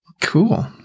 Cool